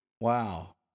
wow